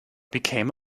became